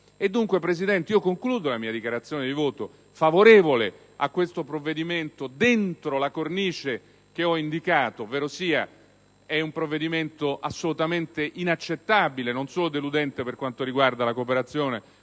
signor Presidente, la mia dichiarazione di voto favorevole a questo provvedimento, dentro la cornice che ho indicato: si tratta di un provvedimento assolutamente inaccettabile, non solo deludente per quanto riguarda la cooperazione